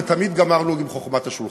ותמיד גמרנו בחוכמה את השולחן.